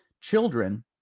children